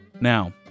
Now